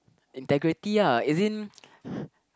integrity lah as in